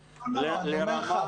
לרמה --- אני אומר לך,